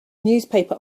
newspaper